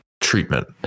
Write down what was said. treatment